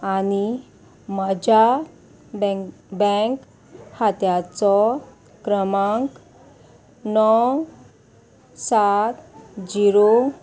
आनी म्हज्या bank bank खात्याचो क्रमांक णव सात झिरो